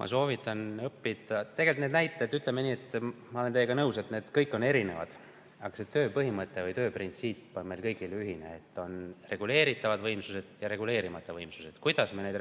Ma soovitan õppida ... Tegelikult need näited, ütleme nii, et ma olen teiega nõus, need kõik on erinevad. Aga tööpõhimõte või tööprintsiip on meil kõigil ühine: on reguleeritavad võimsused ja reguleerimata võimsused. Kuidas me neid